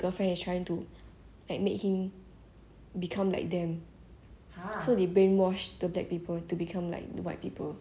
so they brainwash the black people to become like the white people it's a bit like scary but then I think it's quite quite a good review